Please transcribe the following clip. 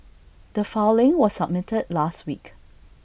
the filing was submitted last week